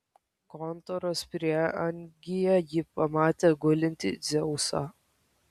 kontoros prieangyje ji pamatė gulintį dzeusą